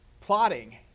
plotting